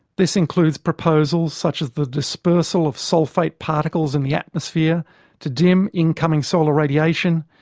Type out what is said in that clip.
this includes proposals such as the dispersal of sulphate particles in the atmosphere to dim incoming solar radiation,